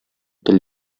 тел